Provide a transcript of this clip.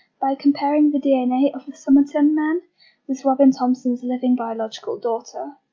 by comparing the dna of the somerton man with robin thomson's living biological daughter.